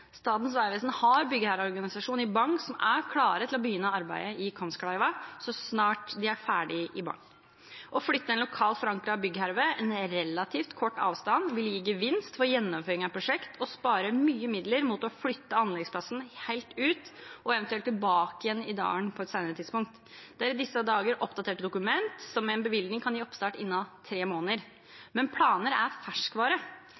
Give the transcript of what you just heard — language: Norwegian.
Statens vegvesen har en byggherreorganisasjon i Bagn som er klar til å begynne arbeidet i Kvamskleiva så snart de er ferdig i Bagn. Å flytte en lokalt forankret byggherre en relativt kort avstand vil gi gevinst for gjennomføring av prosjektet og spare mange midler – framfor å flytte anleggsplassen helt ut og eventuelt tilbake igjen i dalen på et senere tidspunkt. Det er i disse dager oppdatert et dokument som med en bevilgning kan gi oppstart innen tre måneder.